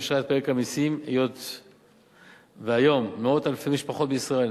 אישרה את פרק המסים והיום מאות אלפי משפחות בישראל